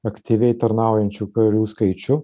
aktyviai tarnaujančių karių skaičių